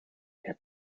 der